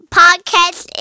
podcast